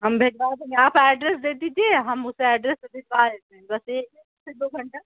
ہم بھیجوا دیں گے آپ ایڈریس دے دیجیے ہم اسے ایڈریس پہ بھیجوا دیتے ہیں بس ایک سے دو گھنٹہ